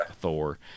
Thor